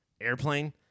Airplane